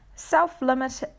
Self-limit